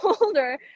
older